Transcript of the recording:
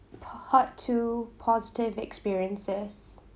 part two positive experiences